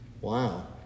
Wow